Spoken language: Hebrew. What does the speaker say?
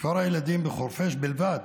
כפר הילדים בחורפיש בלבד